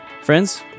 friends